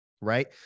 Right